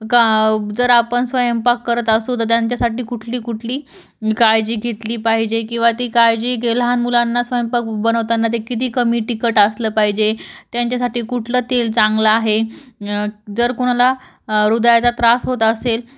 का जर आपण स्वयंपाक करत असू तर त्यांच्यासाठी कुठलीकुठली काळजी घेतली पाहिजे किंवा ती काळजी लहान मुलांना स्वयंपाक बनवताना ते किती कमी टिखट असलं पाहिजे त्यांच्यासाठी कुठलं तेल चांगलं आहे जर कुणाला हृदयाचा त्रास होत असेल